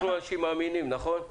של החברה.